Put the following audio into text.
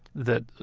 that,